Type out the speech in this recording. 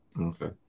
Okay